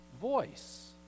voice